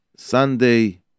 Sunday